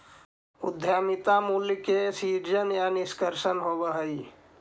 उद्यमिता मूल्य के सीजन या निष्कर्षण होवऽ हई